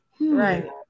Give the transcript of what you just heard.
Right